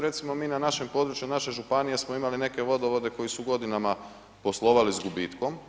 Recimo mi na našem području naše županije smo imali neke neke vodovode koji su godinama poslovali s gubitkom.